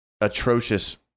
atrocious